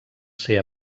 ser